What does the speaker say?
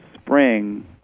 spring